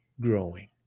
growing